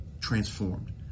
transformed